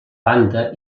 banda